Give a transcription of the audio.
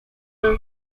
level